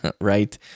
right